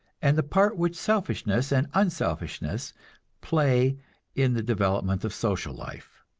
and the part which selfishness and unselfishness play in the development of social life.